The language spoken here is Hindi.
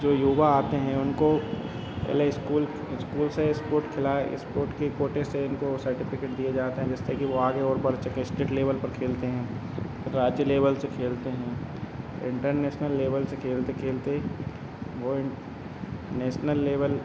जो युवा आते हैं उनको पहले इस्कूल इस्कूल से इस्पोट खिलाया इस्पोट के काेटे से इनको सर्टिफ़िकेट दिए जाते हैं जिससे कि वे आगे ओर बढ़ सकें इस्टेट लेवल पर खेलते हैं राज्य लेवल से खेलते हैं इंटरनेसनल लेवल से खेलते खेलते वे नेसनल लेवल